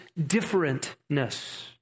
differentness